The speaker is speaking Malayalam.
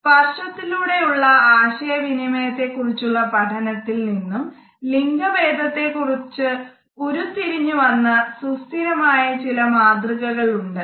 സ്പർശത്തിലൂടെ ഉള്ള ആശയ വിനിമയത്തെ കുറിച്ചുള്ള പഠനത്തിൽ നിന്നും ലിംഗ ഭേദത്തെ കുറിച്ച് ഉരുത്തിരിഞ്ഞു വന്ന സുസ്ഥിരമായ ചില മാതൃകകൾ ഉണ്ട്